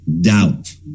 doubt